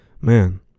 Man